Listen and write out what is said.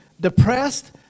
depressed